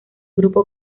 grupo